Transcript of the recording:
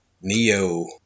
Neo